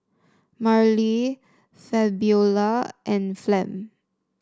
Marley Fabiola and Flem